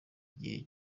gihe